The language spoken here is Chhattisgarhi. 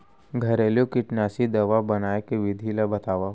घरेलू कीटनाशी दवा बनाए के विधि ला बतावव?